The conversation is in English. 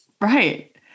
Right